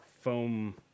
foam